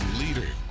leader